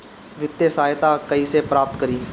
वित्तीय सहायता कइसे प्राप्त करी?